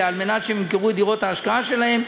על מנת שהם ימכרו את דירות ההשקעה שלהם,